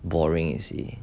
boring you see